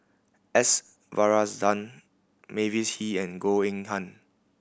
S Varathan Mavis Hee and Goh Eng Han